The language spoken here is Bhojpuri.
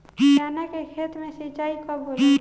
चना के खेत मे सिंचाई कब होला?